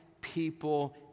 people